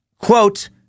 quote